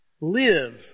live